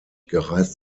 gereist